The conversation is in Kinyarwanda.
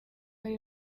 ari